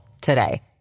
today